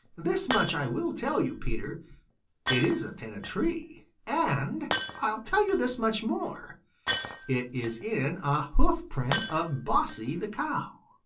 this much i will tell you, peter it isn't in a tree. and i'll tell you this much more it is in a hoofprint of bossy the cow.